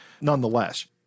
nonetheless